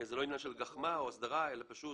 זה לא עניין של גחמה או הסדרה אלא פשוט,